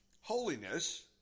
holiness